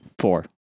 Four